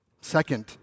Second